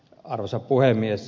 arvoisa puhemies